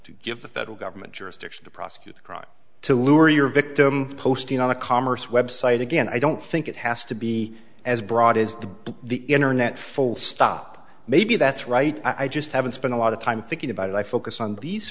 to give the federal government jurisdiction to prosecute crime to lure your victim posting on the commerce website again i don't think it has to be as broad as the internet full stop maybe that's right i just haven't spent a lot of time thinking about it i focus on these